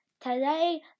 today